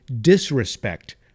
Disrespect